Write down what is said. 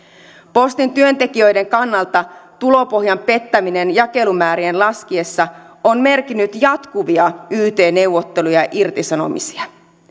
postin työntekijöiden kannalta tulopohjan pettäminen jakelumäärien laskiessa on merkinnyt jatkuvia yt neuvotteluja ja irtisanomisia